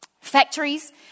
factories